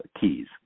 keys